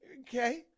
okay